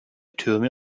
türme